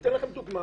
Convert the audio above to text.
אתן דוגמה